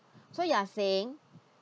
so you are saying